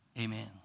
Amen